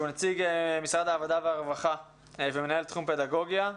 שהוא נציג משרד העבודה והרווחה ומנהל תחום פדגוגיה,